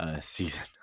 season